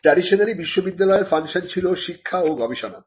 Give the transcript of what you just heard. traditionally বিশ্ববিদ্যালয়ে র function ছিল শিক্ষা ও গবেষণা